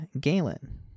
Galen